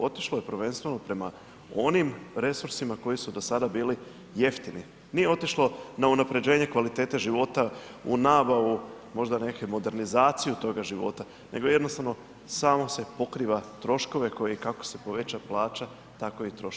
Otišlo je prvenstveno prema onim resursima koji su do sada bili jeftini, nije otišlo na unapređenje kvalitete života, u nabavu, možda neke modernizaciju toga života, nego jednostavno samo se pokriva troškove koji kako se poveća plaća, tako i troškovi [[Upadica: Zahvaljujem…]] rastu.